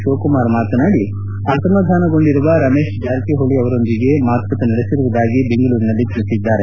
ಶಿವಕುಮಾರ್ ಮಾತನಾಡಿ ಅಸಮಾಧಾನಗೊಂಡಿರುವ ರಮೇಶ್ ಜಾರಕಿಹೊಳ ಅವರೊಂದಿಗೆ ಮಾತುಕತೆ ನಡೆಸುವುದಾಗಿ ಬೆಂಗಳೂರಿನಲ್ಲಿ ತಿಳಿಸಿದ್ದಾರೆ